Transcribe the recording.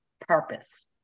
purpose